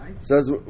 Says